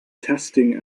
testing